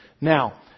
Now